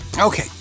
Okay